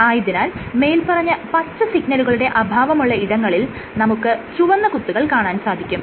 ആയതിനാൽ മേല്പറഞ്ഞ പച്ച സിഗ്നലുകളുടെ അഭാവമുള്ള ഇടങ്ങളിൽ നമുക്ക് ചുവന്ന കുത്തുകൾ കാണാൻ സാധിക്കും